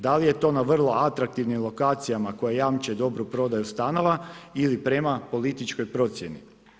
Da li je to na vrlo atraktivnim lokacijama koje jamče dobru prodaju stanova ili prema političkoj procjeni?